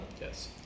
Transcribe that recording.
Yes